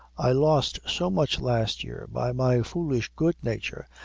i lost so much last year by my foolish good nature,